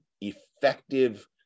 effective